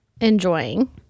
enjoying